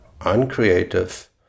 uncreative